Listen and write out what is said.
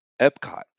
Epcot